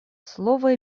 слово